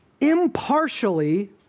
impartially